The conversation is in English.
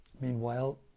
Meanwhile